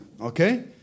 okay